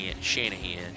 Shanahan